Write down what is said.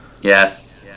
Yes